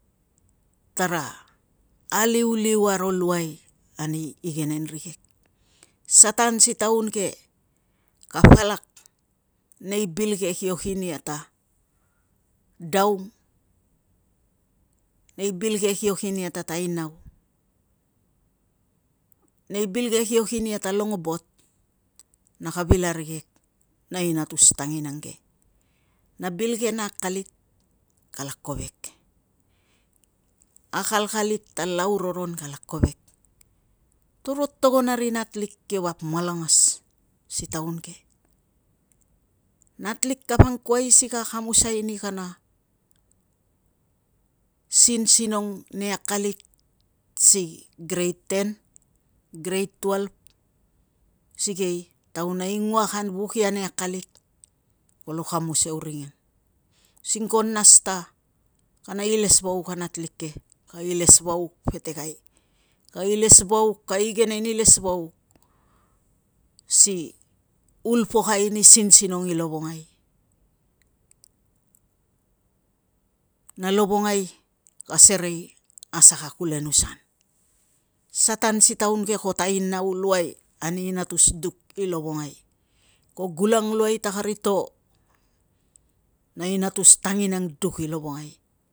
Tara aliuliu aro luai ani igenen rikek. Satan si taun ke ka palak nei bil ke, kio kin ia ta daung, nei bil ke kio kin ia ta tainau, nei bil ke kio kin ia ta longobot, na ka bil arikek na inatus tanginang ke na bil ke na akalit kala kovek. Akalkalit ta lau roron kala kovek, toro togon a ri nat lik kio vap malangas si taun ke, natlik kapangkuai si ka akamusai ni kana sinsinong nei akalit si greit ten na greit tuelf sikei taun a ingua kan vuk ia nei akalit kolo kamus euring ang using ko nas ta kana ilesvauk a natlik ke, ka ilesvauk petekai, kana ilesvauk ka igenen ilesvauk si ulpokai ni sinsinong i lovongai na lovongai ka sere a saka kulenusa an. Satan si taun ke ko tainau luai ani inatus duk i lovongai ko gulang luai ta karito na inatus tanginang duk i lovongai